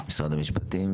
משרד המשפטים?